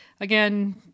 again